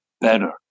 better